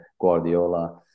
Guardiola